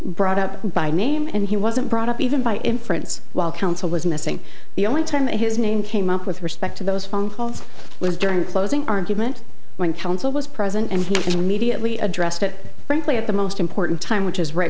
brought up by name and he wasn't brought up even by inference while counsel was missing the only time his name came up with respect to those phone calls was during closing argument when counsel was present and he mediately addressed it frankly at the most important time which is right